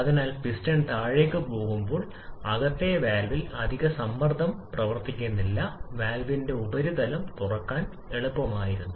അതിനാൽ പിസ്റ്റൺ താഴേക്ക് പോകുമ്പോൾ അകത്തെ വാൽവിൽ അധിക സമ്മർദ്ദം പ്രവർത്തിക്കുന്നില്ല വാൽവിന്റെ ഉപരിതലം തുറക്കാൻ എളുപ്പമായിരുന്നു